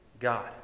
God